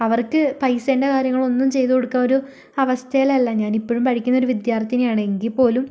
അവർക്ക് പൈസേൻ്റെ കാര്യങ്ങളൊന്നും ചെയ്ത് കൊടുക്കുക ഒരു അവസ്ഥയിലല്ല ഞാൻ ഇപ്പോഴും പഠിക്കുന്ന ഒരു വിദ്യാർഥിനിയാണ് എങ്കിൽ പോലും